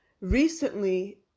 recently